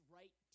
right